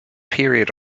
period